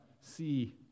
see